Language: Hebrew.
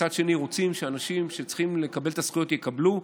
רוצים שאנשים שצריכים לקבל את הזכויות יקבלו,